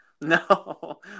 No